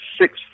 six